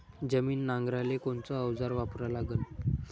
जमीन नांगराले कोनचं अवजार वापरा लागन?